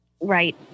Right